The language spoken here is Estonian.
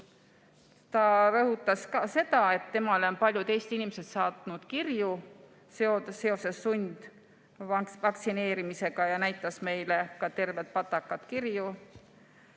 Ta rõhutas ka seda, et temale on paljud Eesti inimesed saatnud kirju seoses sundvaktsineerimisega, ja näitas meile ka terve patakat kirju.